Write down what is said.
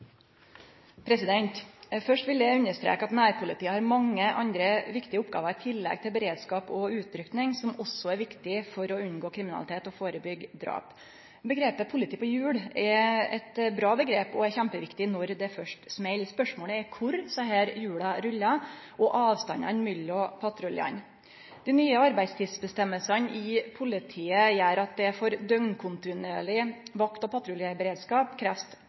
– først Jenny Klinge. Først vil eg understreke at nærpolitiet har mange andre viktige oppgåver i tillegg til beredskap og utrykking, som også er viktige for å unngå kriminalitet og førebyggje drap. Omgrepet «politi på hjul» er eit bra omgrep. Det er kjempeviktig når det først smell. Spørsmålet er kor desse hjula rullar, og avstandane mellom patruljane. Dei nye arbeidstidsbestemmingane i politiet gjer at det for døgnkontinuerleg vakt- og patruljeberedskap krevst